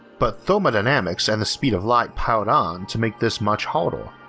but thermodynamics and the speed of light piled on to make this much harder.